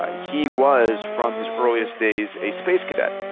ah he was, from his earliest days, a space cadet.